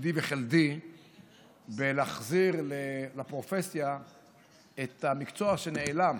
שלדי וחלדי בלהחזיר לפרופסיה את המקצוע שנעלם,